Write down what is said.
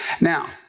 Now